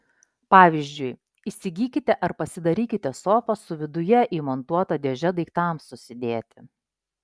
pavyzdžiui įsigykite ar pasidarykite sofą su viduje įmontuota dėže daiktams susidėti